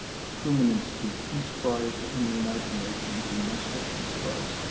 the truman institute peace prize, and the united nations unesco peace prize.